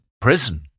prison